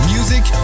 Music